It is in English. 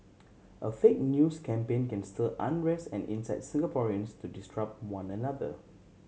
a fake news campaign can stir unrest and incite Singaporeans to distrust one another